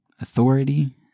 Authority